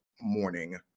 morning